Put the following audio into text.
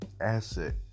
asset